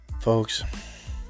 Folks